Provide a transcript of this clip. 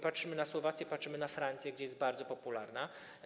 Patrzymy na Słowację, patrzymy na Francję, gdzie jest bardzo popularna.